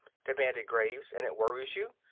demanded graves. and it worries you?